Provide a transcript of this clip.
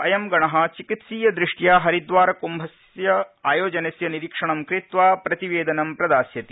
अयं गणः चिकित्सीयदृष्टया हरिद्वार कम्भायोजनस्य निरीक्षणंकृत्वा प्रतिवेदनं प्रदास्यति